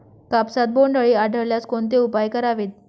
कापसात बोंडअळी आढळल्यास कोणते उपाय करावेत?